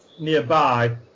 nearby